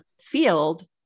field